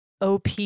OP